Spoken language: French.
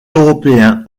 européens